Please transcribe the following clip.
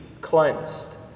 cleansed